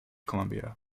columbia